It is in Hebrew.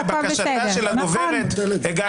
לבקשת הדוברת הגשתי.